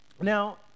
Now